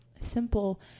simple